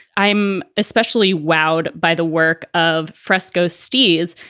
i'm especially wowed by the work of fresco's steese,